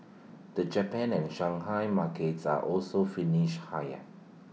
the Japan and Shanghai markets are also finished higher